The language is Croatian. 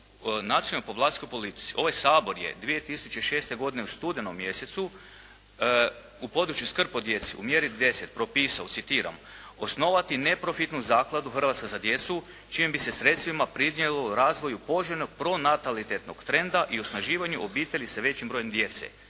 nacionalnoj populacijskoj politici, ovaj Sabor je 2006. godine u studenom mjesecu u području skrb o djeci u mjeri 10. propisao, citiram: "osnovati neprofitnu zakladu "Hrvatska za djecu" čijim bi se sredstvima prinijelo razvoju poželjno pronatalitetnog trenda i osnaživanju obitelji s većim brojem djece".